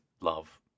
love